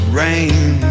rain